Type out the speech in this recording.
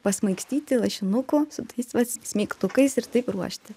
pasmaigstyti lašinukų su tais va smeigtukais ir taip ruošti